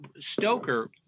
Stoker